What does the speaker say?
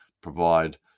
provide